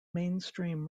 mainstream